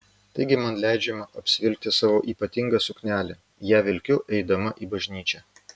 taigi man leidžiama apsivilkti savo ypatingą suknelę ją vilkiu eidama į bažnyčią